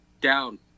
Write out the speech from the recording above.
down